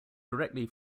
directly